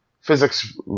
physics